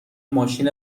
ماشین